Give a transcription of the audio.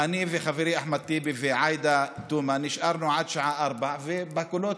אני וחברי אחמד טיבי ועאידה תומא נשארנו עד שעה 04:00 ובקולות,